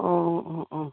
অঁ অঁ অঁ অঁ